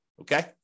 okay